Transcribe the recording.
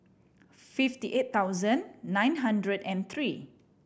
fifty eight thousand nine hundred and three